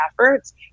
efforts